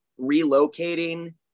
relocating